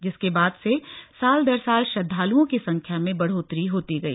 जिसके बाद से साल दर साल श्रद्दालुओं की संख्या में बढ़ोत्तरी होती गई